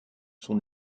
son